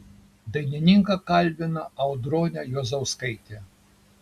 dainininką kalbina audronė juozauskaitė